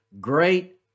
great